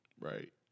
Right